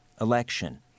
election